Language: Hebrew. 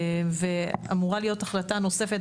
אמורה להיות החלטה נוספת